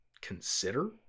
consider